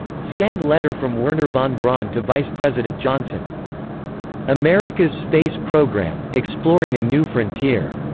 scanned letter from wernher von braun to vice president johnson america's space program exploring a new frontier,